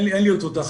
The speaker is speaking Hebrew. אין לי אותו כאן.